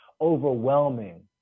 overwhelming